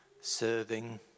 serving